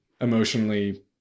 emotionally